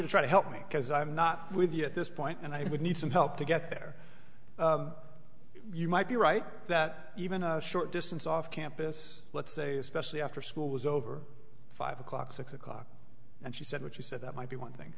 to try to help me because i'm not with you at this point and i would need some help to get there you might be right that even a short distance off campus let's say especially after school was over five o'clock six o'clock and she said what she said that might be one thing